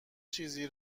چیزی